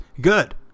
Good